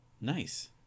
Nice